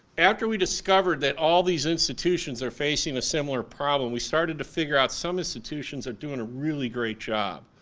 after we discovered that all these institutions are facing a similar problem we started to figure out some institutions are doing a really great job.